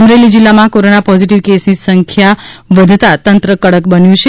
અમરેલી જિલ્લામાં corona positive કેસની સંખ્યા વધતાં તંત્ર કડક બન્યું બન્યું છે